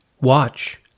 Watch